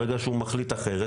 ברגע שהוא מחליט אחרת,